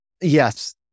Yes